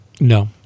No